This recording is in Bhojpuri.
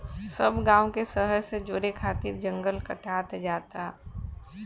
सब गांव के शहर से जोड़े खातिर जंगल कटात जाता